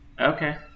Okay